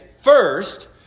first